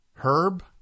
Herb